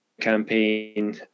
campaign